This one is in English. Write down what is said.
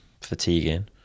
fatiguing